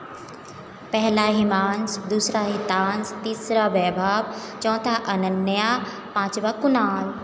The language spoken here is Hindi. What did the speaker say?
पहला हिमांश दूसरा हितांश तीसरा वैभव चौथा अनन्या पाँचवा कुणाल